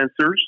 sensors